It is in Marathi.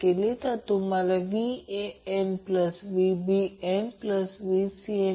72 आहे परंतु XC फक्त 2 Ω आणि 8 Ω दरम्यान व्हेरिएबल आहे